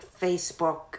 Facebook